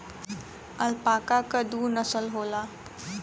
alpaca क दू नसल होला